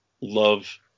love